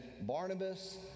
Barnabas